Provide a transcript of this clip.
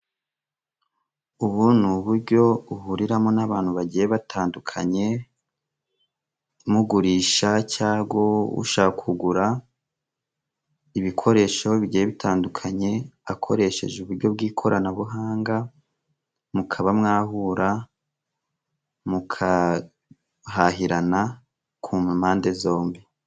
Ubu ni uburyo uhuriramo n'abantu bagiye batandukanye, mugurisha cyangwa ushaka kugura ibikoresho bigiye bitandukanye akoresheje uburyo bw'ikoranabuhanga, mukaba mwahura mukahahirana ku mpande zombi.